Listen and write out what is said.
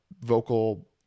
vocal